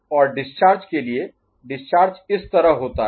और डिस्चार्ज के लिए डिस्चार्ज इस तरह होता है